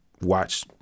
watch